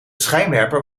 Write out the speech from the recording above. schijnwerper